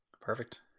Perfect